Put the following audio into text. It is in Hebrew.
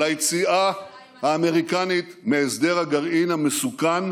על היציאה האמריקנית מהסדר הגרעין המסוכן,